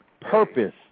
purpose